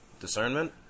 discernment